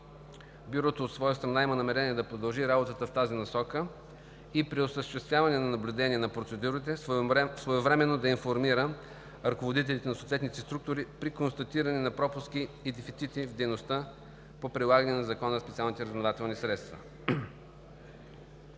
Бюрото, от своя страна, има намерение да продължи работата в тази насока и при осъществяване на наблюдение на процедурите своевременно да информира ръководителите на съответните структури при констатиране на пропуски и дефицити в дейността по прилагане на Закона за специалните разузнавателни средства.